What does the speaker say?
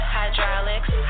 hydraulics